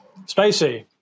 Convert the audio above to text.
spacey